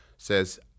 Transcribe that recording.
Says